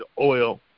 oil